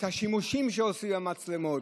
על השימושים שעושים במצלמות,